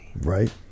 Right